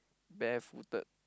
barefooted